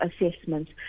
assessments